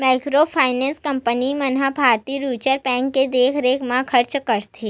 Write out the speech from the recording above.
micro finance company मन ह भारतीय रिजर्व बेंक के देखरेख म कारज करथे